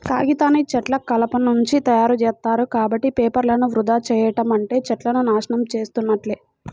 కాగితాన్ని చెట్ల కలపనుంచి తయ్యారుజేత్తారు, కాబట్టి పేపర్లను వృధా చెయ్యడం అంటే చెట్లను నాశనం చేసున్నట్లే